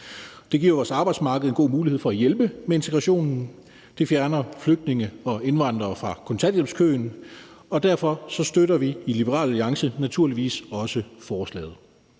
Det giver vores arbejdsmarkedet god mulighed for at hjælpe med integrationen, det fjerner flygtninge og indvandrere fra kontanthjælpskøen, og derfor støtter vi i Liberal Alliance naturligvis også forslaget.